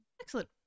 Excellent